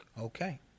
Okay